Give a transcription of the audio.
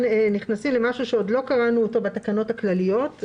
אנחנו נכנסים לדבר שעוד לא קראנו אותו בתקנות הכלליות.